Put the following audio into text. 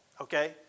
Okay